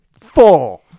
Four